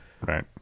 Right